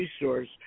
resource